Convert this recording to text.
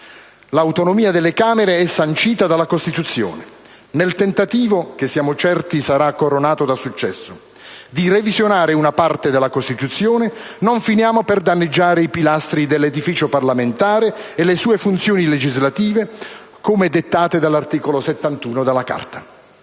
L'autonomia delle Camere è sancita dalla Costituzione. Nel tentativo, che siamo certi sarà coronato da successo, di revisionare una parte della Costituzione, non finiamo per danneggiare i pilastri dell'edificio parlamentare e le sue funzioni legislative come dettate dall'articolo 71 della Carta.